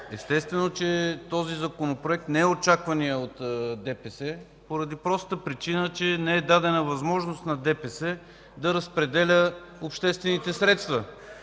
естествено, че този Законопроект не е очакваният от ДПС по простата причина, че не е дадена възможност на ДПС да разпределя обществените средства.